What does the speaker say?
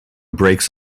breaks